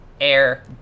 Air